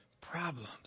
Problems